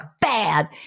bad